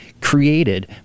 created